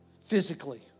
physically